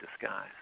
disguise